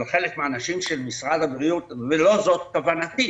חלק מן האנשים של משרד הבריאות ולא זאת כוונתי,